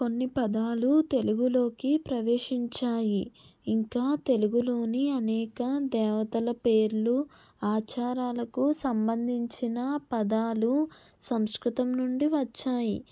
కొన్ని పదాలు తెలుగులోకి ప్రవేశించాయి ఇంకా తెలుగులోని అనేక దేవతల పేర్లు ఆచారాలకు సంబంధించిన పదాలు సంస్కృతం నుండి వచ్చాయి